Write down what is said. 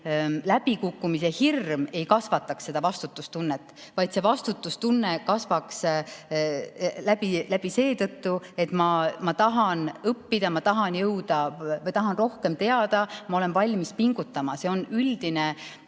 läbikukkumise hirm ei kasvataks vastutustunnet, vaid vastutustunne kasvaks seetõttu, et ma tahan õppida, ma tahan rohkem teada, ma olen valmis pingutama. See on selline